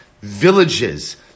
villages